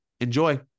Enjoy